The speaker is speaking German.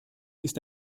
ist